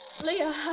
Leah